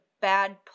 bad